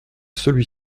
celui